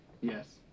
Yes